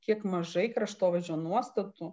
kiek mažai kraštovaizdžio nuostatų